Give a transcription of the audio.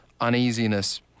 uneasiness